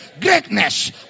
greatness